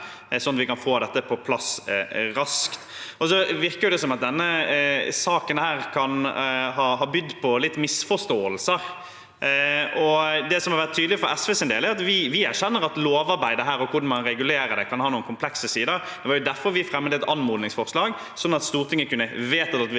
sånn at vi kan få dette på plass raskt. Det virker som om denne saken kan ha bydd på noen misforståelser. Det som har vært tydelig for SVs del, er at vi erkjenner at lovarbeidet og hvordan man regulerer dette, kan ha noen komplekse sider. Det var derfor vi fremmet et anmodningsforslag, sånn at Stortinget kunne vedta at vi